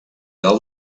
del